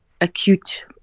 acute